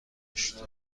هشتاد